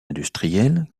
industriels